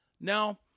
Now